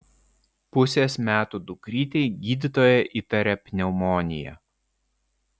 pusės metų dukrytei gydytoja įtaria pneumoniją